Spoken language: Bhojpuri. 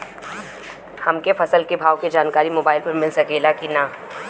हमके फसल के भाव के जानकारी मोबाइल पर मिल सकेला की ना?